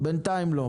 בינתיים לא.